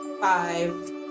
five